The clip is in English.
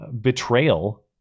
betrayal